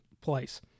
place